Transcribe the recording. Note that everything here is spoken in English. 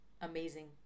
amazing